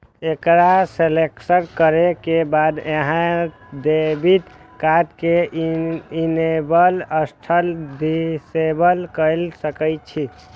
एकरा सेलेक्ट करै के बाद अहां डेबिट कार्ड कें इनेबल अथवा डिसेबल कए सकै छी